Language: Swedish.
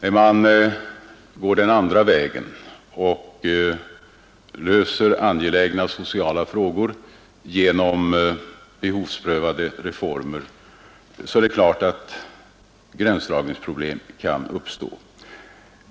När man gär den andra vägen och löser angelägna sociala frågor genom behovsprövade reformer kan givetvis gränsdragningsproblem uppstå.